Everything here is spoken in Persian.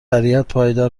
پایدار